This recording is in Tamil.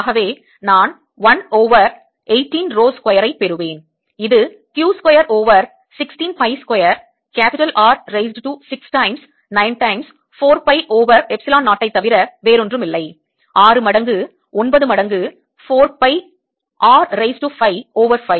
ஆகவே நான் 1 ஓவர் 18 ரோ ஸ்கொயர் ஐ பெறுவேன் இது Q square over 16 pi square R raised to 6 times 9 times 4 pi over epsilon 0 ஐத் தவிர வேறொன்றுமில்லை 6 மடங்கு 9 மடங்கு 4 pi R raise to 5 over 5